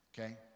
Okay